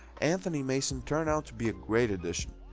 anthony mason turned out to be a great addition.